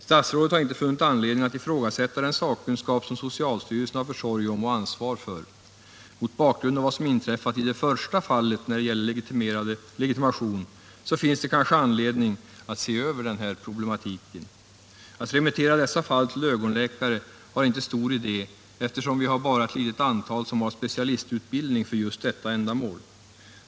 Statsrådet har inte funnit anledning att ifrågasätta den sakkunskap som socialstyrelsen har försorg om och ansvar för. Mot bakgrund av vad som inträffat i det första fallet när det gäller legitimation så finns det kanske anledning att se över den här problematiken. Att remittera dessa fall till ögonläkare är inte stor idé, eftersom vi har bara ett litet antal som är specialistutbildade för just detta ändamål.